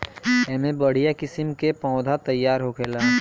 एमे बढ़िया किस्म के पौधा तईयार होखेला